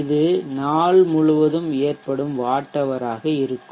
இது இது நாள் முழுவதும் ஏற்ப்படும் வாட் ஹவர் ஆக இருக்கும்